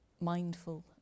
mindful